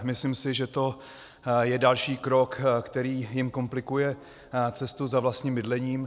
Myslím si, že to je další krok, který jim komplikuje cestu za vlastním bydlením.